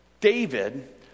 David